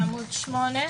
בעמוד 8,